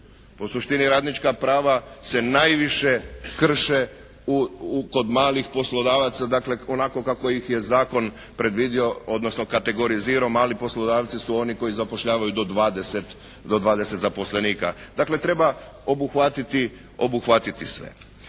u suštini radnička prava se najviše krše kod malih poslodavaca dakle, onako kako ih je zakon predvidio odnosno kategorizirao. Mali poslodavci su oni koji zapošljavaju do 20 zaposlenika. Dakle, treba obuhvatiti sve.